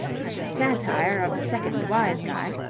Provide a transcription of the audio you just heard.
and the satire of the second wise guy,